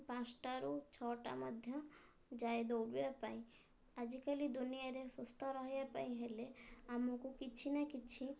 ପାଞ୍ଚଟାରୁ ଛଅଟା ମଧ୍ୟ ଯାଇ ଦୌଡ଼ିବା ପାଇଁ ଆଜିକାଲି ଦୁନିଆରେ ସୁସ୍ଥ ରହିବା ପାଇଁ ହେଲେ ଆମକୁ କିଛି ନା କିଛି